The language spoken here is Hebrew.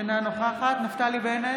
אינה נוכחת נפתלי בנט,